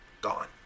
Gone